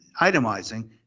itemizing